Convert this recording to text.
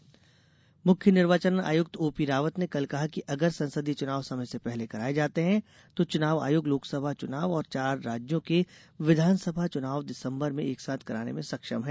निर्वाचन आयोग लोकसभा चुनाव मुख्य निर्वाचन आयुक्त ओ पी रावत ने कल कहा कि अगर संसदीय चुनाव समय से पहले कराए जाते हैं तो चुनाव आयोग लोकसभा चुनाव और चार राज्यों के विधानसभा चुनाव दिसम्बर में एक साथ कराने में सक्षम है